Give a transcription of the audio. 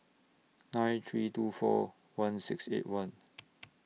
nine three two four one six eight one